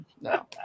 No